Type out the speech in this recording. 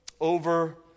over